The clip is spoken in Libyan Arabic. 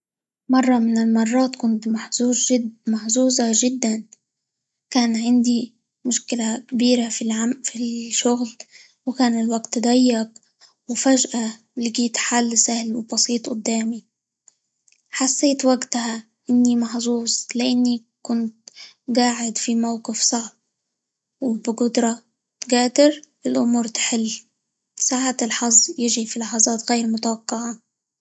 مرة من المرات كنت -محظوظ جد- محظوظة جدًا، كان عندي مشكلة كبيرة -في الع- في -ال- الشغل، وكان الوقت ضيق، وفجأة لقيت حل سهل، وبسيط أدامي، حست وقتها إني محظوظ؛ لإني كنت قاعد في موقف صعب، وبقدرة قادر الأمور تحل، ساعات الحظ ييجى في لحظات غير متوقعة.